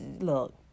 look